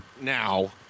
now